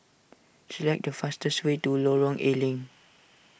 select the fastest way to Lorong A Leng